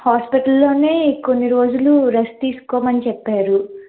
hospital లోనే కొన్ని రోజులు రెస్ట్ తీసుకోమని చెప్పారు